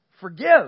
forgive